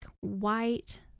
white